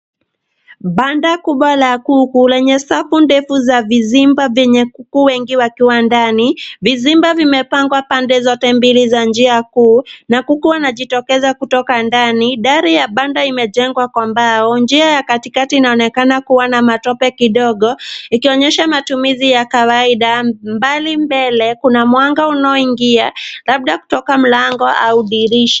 Banda kubwa la kuku ,lenye safu ndefu za vizimba vyenye kuku wengi wakiwa ndani, vizimba vimepangwa pande zote mbili za njia kuu na kuku wanajitokeza kutoka ndani. Dari ya banda imejengwa kwa mbao, njia katikati inaonekana kuwa na matope kidogo, ikionyesha matumizi ya kawaida. Mbali mbele, kuna mwanga unaoingia, labda kutoka mlango au dirisha.